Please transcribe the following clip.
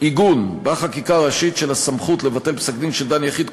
עיגון בחקיקה ראשית של הסמכות לבטל פסק-דין של דן יחיד,